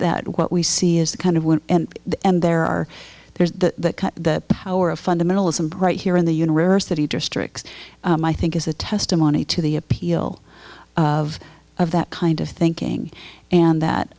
that what we see is a kind of one and the end there are there's that the power of fundamentalism right here in the university district i think is a testimony to the appeal of of that kind of thinking and that